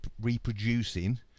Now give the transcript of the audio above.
reproducing